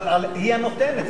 אבל היא הנותנת.